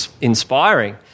inspiring